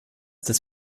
des